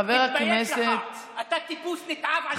חבר הכנסת, אתה טיפוס נתעב, על כל מה שאמרת.